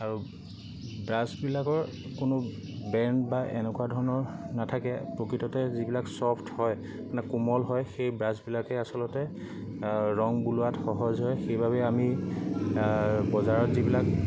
আৰু ব্ৰাছবিলাকৰ কোনো ব্ৰেণ্ড বা এনেকুৱা ধৰণৰ নাথাকে প্ৰকৃততে যিবিলাক চফ্ট হয় মানে কোমল হয় সেই ব্ৰাছবিলাকে আচলতে ৰং বোলোৱাত সহজ হয় সেইবাবে আমি বজাৰত যিবিলাক